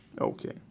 okay